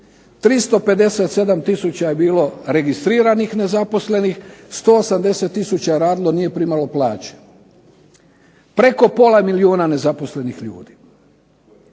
357 tisuća je bilo registriranih nezaposlenih, 180 tisuća radilo nije primalo plaće, preko pola milijuna nezaposlenih ljudi.